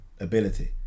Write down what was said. ability